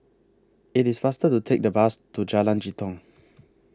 IT IS faster to Take The Bus to Jalan Jitong